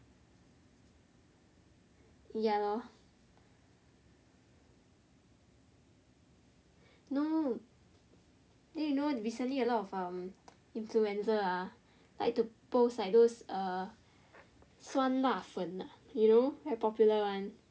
ya lor no then you know recently a lot of um influencer uh like to post like those uh 酸辣粉 ah you know very popular one